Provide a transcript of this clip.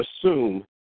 assume